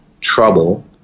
trouble